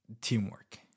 teamwork